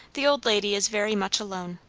the old lady is very much alone.